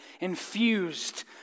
infused